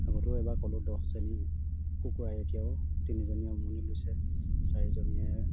আগতেও এবাৰ ক'লোঁ দহজনী কুকুৰা এতিয়াও তিনিজনীয়ে উমনি লৈছে চাৰিজনীয়ে